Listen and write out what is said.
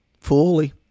fully